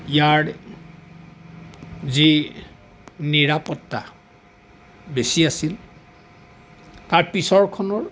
ইয়াৰ যি নিৰাপত্তা বেছি আছিল তাৰ পিছৰখনৰ